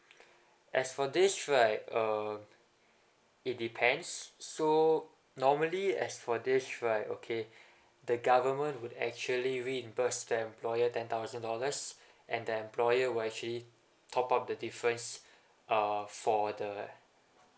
as for this right uh it depends so normally as for this right okay the government would actually reimburse the employer ten thousand dollars and the employer will actually top up the difference uh for the